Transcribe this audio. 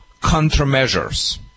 countermeasures